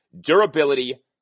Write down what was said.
Durability